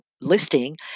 Listing